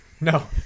no